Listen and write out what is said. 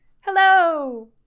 Hello